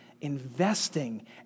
investing